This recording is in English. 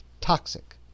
toxic